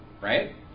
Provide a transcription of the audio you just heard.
right